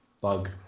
bug